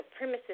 supremacist